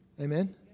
Amen